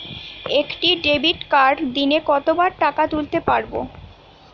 একটি ডেবিটকার্ড দিনে কতবার টাকা তুলতে পারব?